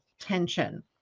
tension